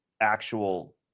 actual